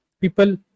People